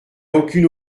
aucune